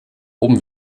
oben